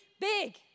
big